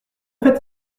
fait